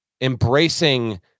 embracing